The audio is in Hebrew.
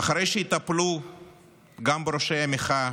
ואחרי שיטפלו גם בראשי המחאה